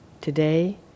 Today